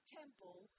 temple